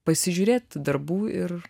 pasižiūrėt tų darbų ir